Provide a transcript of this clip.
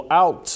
out